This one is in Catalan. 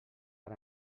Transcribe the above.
per